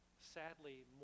Sadly